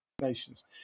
nations